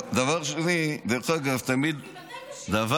ממתי בשאילתה עולים, ממתי?